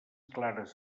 clares